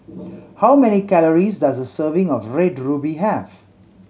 how many calories does a serving of Red Ruby have